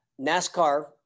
NASCAR